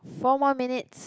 four more minutes